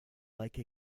like